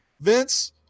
Vince